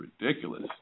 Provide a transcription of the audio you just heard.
ridiculous